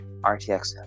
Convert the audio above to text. RTX